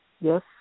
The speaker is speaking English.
Yes